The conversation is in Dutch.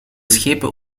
schepen